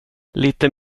lite